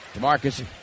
Marcus